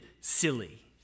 silly